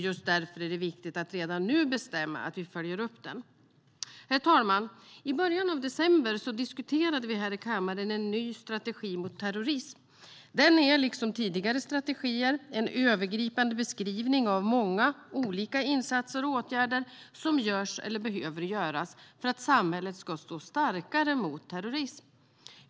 Just därför är det viktigt att redan nu bestämma att vi följer upp den. Herr talman! I början av december diskuterade vi här i kammaren en ny strategi mot terrorism. Den är liksom tidigare strategier en övergripande beskrivning av många olika insatser och åtgärder som görs eller behöver göras för att samhället ska stå starkare mot terrorism.